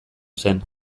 zen